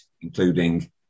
including